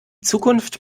zukunft